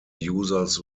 users